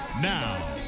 Now